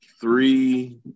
three